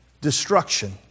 destruction